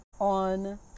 on